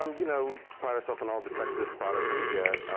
um you know pride ourselves on all the texas products we get,